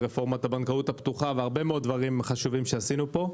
רפורמת הבנקאות הפתוחה והרבה דברים חשובים שעשינו פה.